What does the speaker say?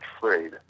trade